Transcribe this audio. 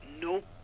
Nope